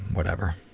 whatever.